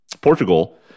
Portugal